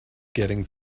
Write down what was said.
getting